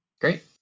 Great